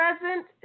Present